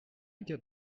get